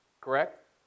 Correct